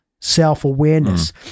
self-awareness